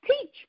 teach